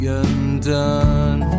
undone